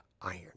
iron